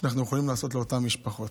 שאנחנו יכולים לעשות למען אותן משפחות.